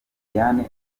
diane